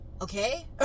okay